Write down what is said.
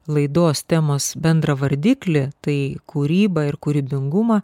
laidos temos bendrą vardiklį tai kūrybą ir kūrybingumą